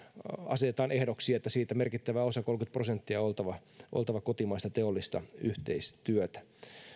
asetetaan ehdoksi että siitä merkittävän osan kolmekymmentä prosenttia on oltava kotimaista teollista yhteistyötä